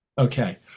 okay